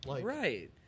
right